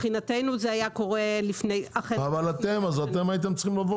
מבחינתנו זה היה קורה לפני --- אז אתם הייתם צריכים לבוא